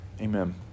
Amen